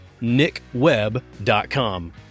NickWeb.com